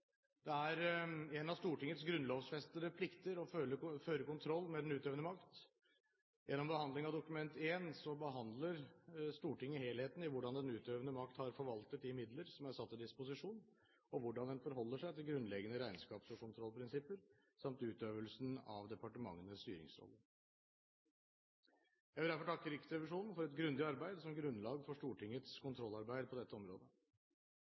Det er en av Stortingets grunnlovfestede plikter å føre kontroll med den utøvende makt. Gjennom behandlingen av Dokument 1 behandler Stortinget helheten i hvordan den utøvende makt har forvaltet de midler som er stilt til disposisjon, og hvordan en forholder seg til grunnleggende regnskapskontrollprinsipper samt utøvelsen av departementenes styringsrolle. Jeg vil derfor takke Riksrevisjonen for et grundig arbeid som grunnlag for Stortingets kontrollarbeid på dette området.